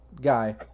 guy